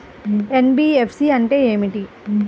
NBFC అంటే ఏమిటి?